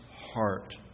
heart